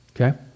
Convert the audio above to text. okay